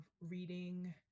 reading